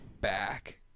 back